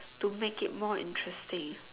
to make it more interesting